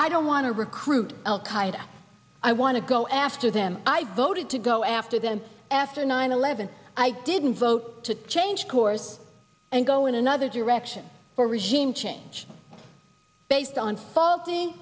i don't want to recruit al qaeda i want to go after them i voted to go after them after nine eleven i didn't vote to change course and go in another direction or regime change based on faulty